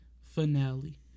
finale